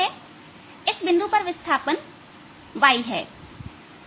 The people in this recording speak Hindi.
अब इस बिंदु पर विस्थापन y है